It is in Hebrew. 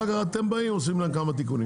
אחר כך אתם באים ועושים להם כמה תיקונים.